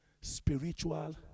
Spiritual